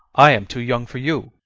i am too young for you.